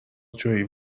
جویی